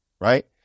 right